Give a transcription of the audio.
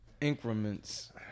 increments